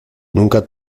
nunca